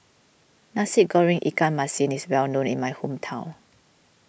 Nasi Goreng Ikan Masin is well known in my hometown